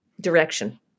direction